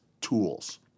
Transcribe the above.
tools